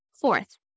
Fourth